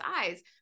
eyes